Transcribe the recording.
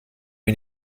mir